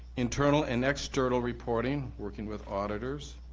internal and external reporting, working with auditors,